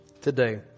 today